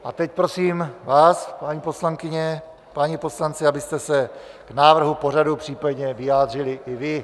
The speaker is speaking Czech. A teď prosím vás, paní poslankyně, páni poslanci, abyste se k návrhu pořadu případně vyjádřili i vy.